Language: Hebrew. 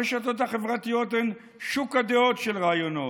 הרשתות החברתיות הן שוק הדעות של רעיונות.